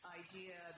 idea